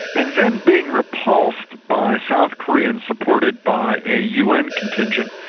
and then being repulsed by south korea and supported by a un contingent,